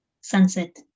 sunset